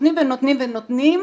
ונותנים ונותנים ונותנים,